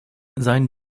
sein